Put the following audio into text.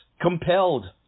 compelled